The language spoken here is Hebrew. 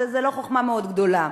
זה לא חוכמה מאוד גדולה.